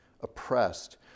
oppressed